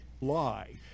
Lie